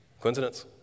Coincidence